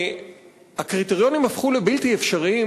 הקריטריונים הפכו בלתי אפשריים,